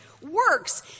works